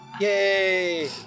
Yay